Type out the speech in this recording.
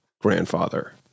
grandfather